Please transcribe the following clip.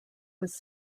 was